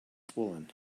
swollen